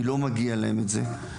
כי לא מגיע להם את זה.